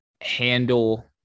handle